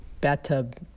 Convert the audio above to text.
bathtub